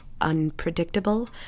unpredictable